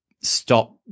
stop